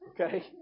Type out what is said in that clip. Okay